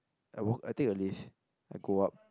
I walk I take the lift I go up